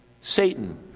Satan